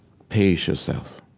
pace yourself,